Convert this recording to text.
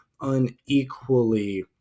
unequally